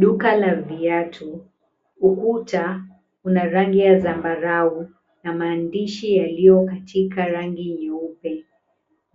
Duka la viatu, ukuta una rangi ya zambarao na maandishi yaliyo katika rangi nyeupe,